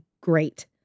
great